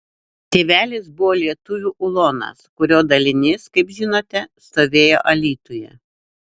tėvelis buvo lietuvių ulonas kurio dalinys kaip žinote stovėjo alytuje